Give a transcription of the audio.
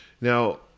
Now